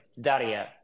Daria